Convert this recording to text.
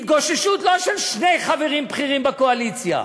התגוששות, לא של שני חברים בכירים בקואליציה,